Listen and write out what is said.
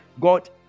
god